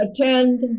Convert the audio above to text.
attend